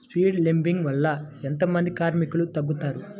Seed లేంబింగ్ వల్ల ఎంత మంది కార్మికులు తగ్గుతారు?